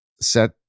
set